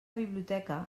biblioteca